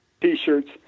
t-shirts